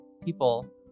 people